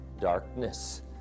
Darkness